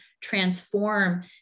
transform